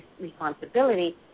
responsibility